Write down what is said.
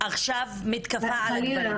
עכשיו מתקפה על הגברים.